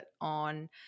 on